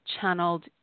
channeled